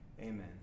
Amen